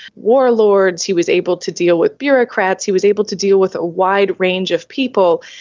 warlords, he was able to deal with bureaucrats, he was able to deal with a wide range of people,